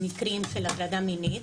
במקרים של הטרדה מינית,